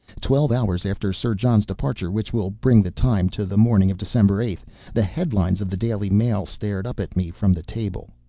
twelve hours after sir john's departure which will bring the time, to the morning of december eight the headlines of the daily mail stared up at me from the table.